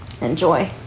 enjoy